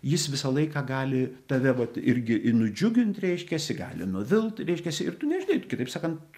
jis visą laiką gali tave vat irgi ir nudžiugint reiškiasi gali nuvilt reiškiasi ir tu nežinai kitaip sakant